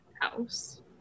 house